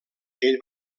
ell